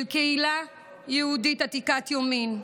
של קהילה יהודית עתיקת יומין,